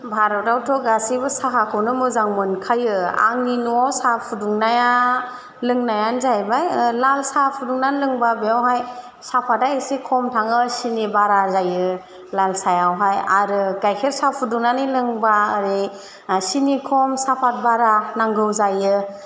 भारतआवथ' गासैबो साहाखौनो मोजां मोनखायो आंनि न'आव साहा फुदुंनाया लोंनायानो जाहैबाय लाल साहा फुदुंनानै लोंबा बेयावहाय साफादा एसे खम थाङो सिनि बारा जायो लाल साहायावहाय आरो गाइखेर साहा फुदुंनानै लोंबा ओरै सिनि खम साफाद बारा नांगौ जायो